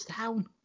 down